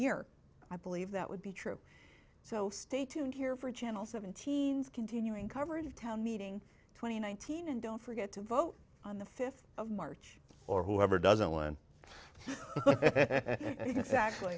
year i believe that would be true so stay tuned here for channel seven teens continuing coverage of town meeting twenty nineteen and don't forget to vote on the fifth of march or whoever doesn't one exact